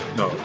no